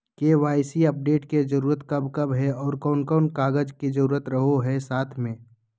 KYC update के जरूरत कब कब है और कौन कौन कागज के जरूरत रहो है साथ में?